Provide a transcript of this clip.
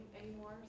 anymore